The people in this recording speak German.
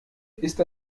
ist